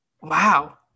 Wow